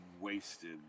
wasted